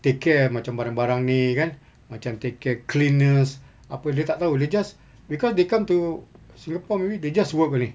take care macam barang barang ni kan macam take care cleanliness apa dia tak tahu they just because they come to singapore maybe they just work only